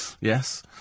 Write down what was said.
Yes